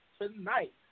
tonight